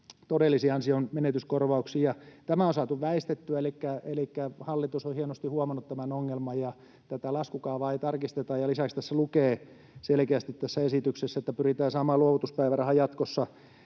todellisiin ansionmenetyskorvauksiin. Tämä on saatu väistettyä, elikkä hallitus on hienosti huomannut tämän ongelman, ja tätä laskukaavaa ei tarkisteta. Lisäksi tässä esityksessä lukee selkeästi, että pyritään saamaan luovutuspäiväraha jatkossa